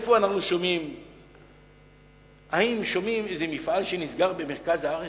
האם אנחנו שומעים על מפעל שנסגר במרכז הארץ?